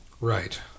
Right